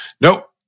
Nope